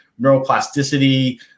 neuroplasticity